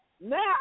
Now